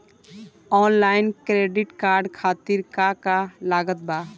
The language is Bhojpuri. आनलाइन क्रेडिट कार्ड खातिर का का लागत बा?